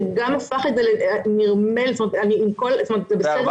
שנירמל את זה.